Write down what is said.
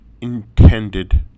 intended